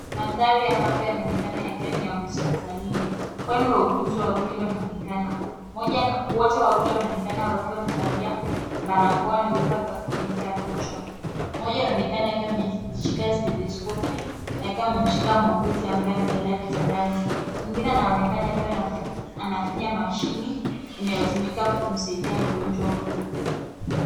Mandhari ya hapa yanaonekana yakiwa ni ya hospitalini, kwani wauguzi wawili wanaonekana. Wote wawili wanaonekana wakiwa wamevalia barakoa na vifaa vya kufunika vichwa. Mmoja anaonekana akiwa ameshika stetoskopu na akiwa amemshika muuguzi ambaye amelala kitandani. Mwingine anaonekana akiwa anafinya mashine inayotumika kumsaidia mgonjwa huyu.